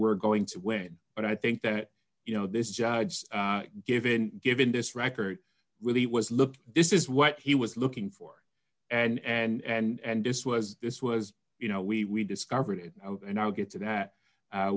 we're going to win but i think that you know this judge given given this record really was look this is what he was looking for and this was this was you know we discovered it and i'll get to that